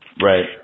Right